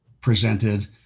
presented